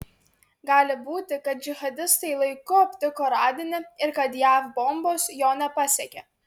gali būti kad džihadistai laiku aptiko radinį ir kad jav bombos jo nepasiekė